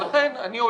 לכן אני אומר,